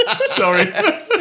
Sorry